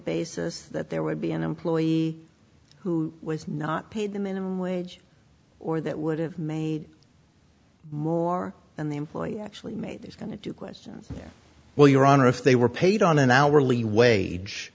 basis that there would be an employee who was not paid the minimum wage or that would have made more than the employee actually made going to do question well your honor if they were paid on an hourly wage